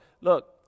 look